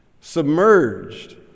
submerged